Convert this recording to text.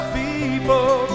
people